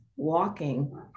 walking